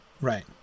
right